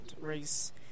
race